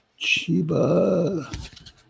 Chiba